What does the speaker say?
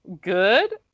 good